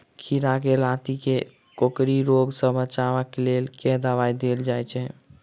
खीरा केँ लाती केँ कोकरी रोग सऽ बचाब केँ लेल केँ दवाई देल जाय छैय?